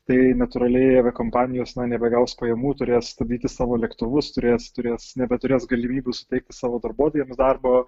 tai natūraliai aviakompanijos na nebegaus pajamų turės stabdyti savo lėktuvus turės turės nebeturės galimybių suteikti savo darbuotojams darbo